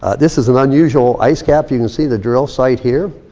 ah this is an unusual ice cap. you can see the drill site here.